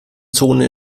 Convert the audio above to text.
zone